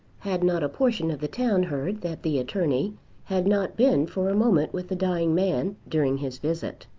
had not a portion of the town heard that the attorney had not been for a moment with the dying man during his visit.